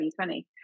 2020